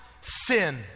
sin